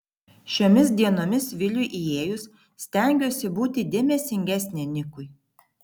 šiomis dienomis viliui įėjus stengiuosi būti dėmesingesnė nikui